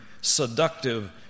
seductive